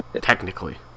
Technically